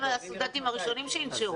הם הסטודנטים הראשונים שינשרו.